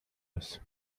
aus